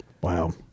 wow